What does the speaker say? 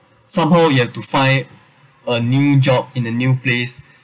somehow you have to find a new job in a new place